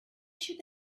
should